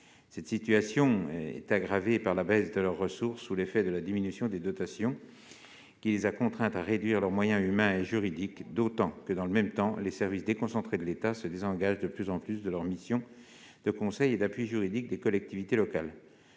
La situation est aggravée par la baisse de leurs ressources sous l'effet de la diminution des dotations, qui les a contraintes à réduire leurs moyens humains et juridiques, d'autant que, dans le même temps, les services déconcentrés de l'État se désengagent de plus en plus de leurs missions de conseil et d'appui juridique des collectivités locales.